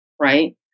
right